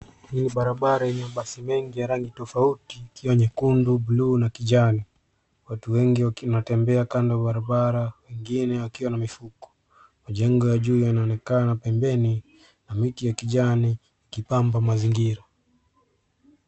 Hii ni barabara yenye basi mengi ya rangi tofauti ikiwa nyekundu, blue na kijani. Watu wengi wakiwa wanatembea kando barabara wengine wakiwa na mifuko. Majengo ya juu yanaonekana pembeni na miti ya kijani ikipamba mazingira.